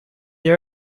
they